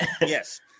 Yes